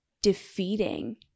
Defeating